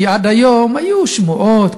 כי עד היום היו שמועות,